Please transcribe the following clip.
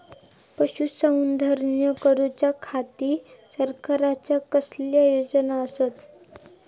पशुसंवर्धन करूच्या खाती सरकारच्या कसल्या योजना आसत?